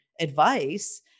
advice